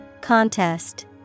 Contest